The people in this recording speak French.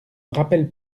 rappelle